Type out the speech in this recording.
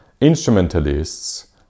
instrumentalists